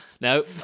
no